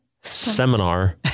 seminar